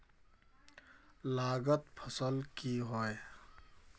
लागत फसल की होय?